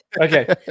okay